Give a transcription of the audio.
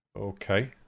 Okay